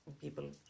people